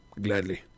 Gladly